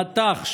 מט"ח,